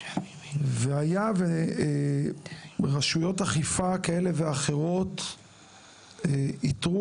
היה ורשויות אכיפה כאלה ואחרות איתרו